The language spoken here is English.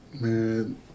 Man